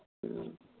ꯎꯝ